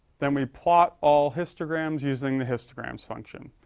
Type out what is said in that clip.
then we plot all histograms using the histograms function.